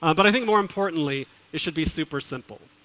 um but i think more importantly it should be super simple.